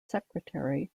secretary